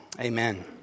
amen